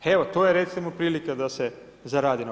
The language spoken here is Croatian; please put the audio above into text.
Evo, to je recimo prilika da se zaradi.